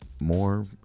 more